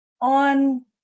on